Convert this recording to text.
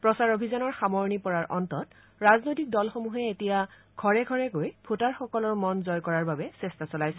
প্ৰচাৰ অভিযানৰ সামৰণি পৰাৰ অন্ততত ৰাজনৈতিক দলসমূহে এতিয়া ঘৰে ঘৰে গৈ ভোটাৰসকলৰ মন জয় কৰাৰ বাবে চেষ্টা চলাইছে